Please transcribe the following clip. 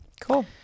Cool